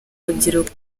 urubyiruko